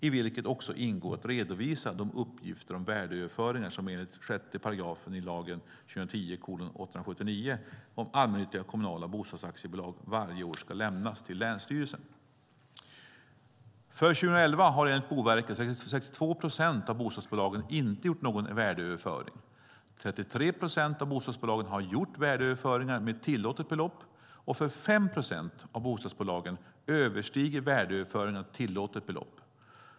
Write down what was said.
I det ingår också att redovisa de uppgifter om värdeöverföringar som enligt 6 § lagen om allmännyttiga kommunala bostadsaktiebolag varje år ska lämnas till länsstyrelsen. För 2011 har enligt Boverket 62 procent av bostadsbolagen inte gjort någon värdeöverföring, 33 procent av bostadsbolagen har gjort värdeöverföringar med tillåtet belopp och för 5 procent av bostadsbolagen överstiger värdeöverföringarna tillåtet belopp.